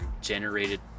generated